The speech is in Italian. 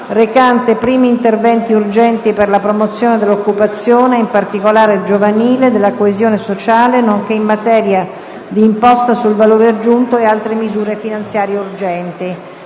recante primi interventi urgenti per la promozione dell'occupazione, in particolare giovanile, della coesione sociale, nonché in materia di Imposta sul valore aggiunto (IVA) e altre misure finanziarie urgenti***